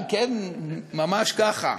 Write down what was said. ממש ככה.